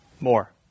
more